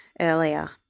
earlier